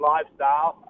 Lifestyle